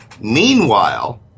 Meanwhile